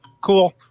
Cool